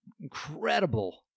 incredible